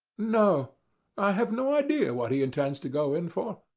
no i have no idea what he intends to go in for.